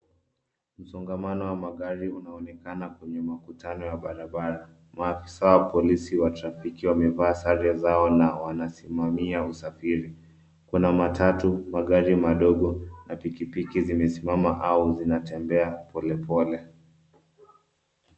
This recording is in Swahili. Msongamano wa magari unaonekana kwenye mkutano ya barabara. Maafisa wa polisi wa trafiki wamevalia sare zao na wanasimamia usafiri .Matatu, magari madogo na pikipiki zimesimama au zinatembea polepole.